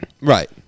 right